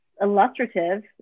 illustrative